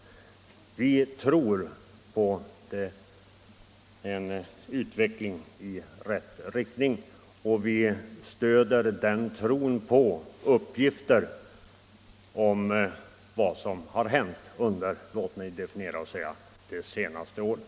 Vi tror däremot på en utveckling i rätt riktning, och den tron stöder vi på erhållna uppgifter om vad som har hänt — låt mig definiera tiden — under de senaste åren.